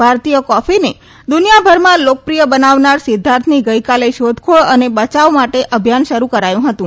ભારતીય કોફીને દ્વનિયાભરમાં લોકપ્રિય બનાવનાર સિદ્ધાર્થની ગઇકાલે શોધખોળ અને બચાવ માટે અભિયાન શરુ કરાયું હતું